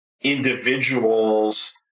individuals